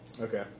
Okay